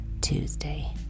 Tuesday